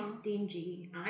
stingy